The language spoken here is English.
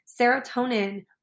Serotonin